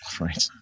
Right